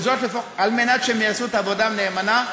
על מנת שהם יעשו את העבודה נאמנה.